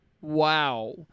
Wow